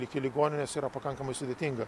iki ligoninės yra pakankamai sudėtinga